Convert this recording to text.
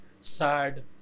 sad